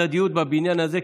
אני חסיד של ההדדיות בבניין הזה,